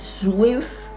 swift